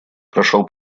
прошел